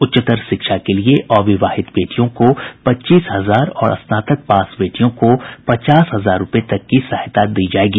उच्च्तर शिक्षा के लिये अविवाहित बेटियों को पच्चीस हजार और स्नातक पास बेटियों को पचास हजार रूपये तक की सहायता दी जायेगी